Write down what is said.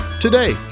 today